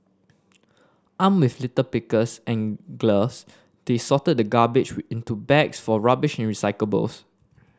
armed with litter pickers and gloves they sorted the garbage into bags for rubbish and recyclables